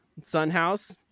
Sunhouse